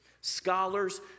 Scholars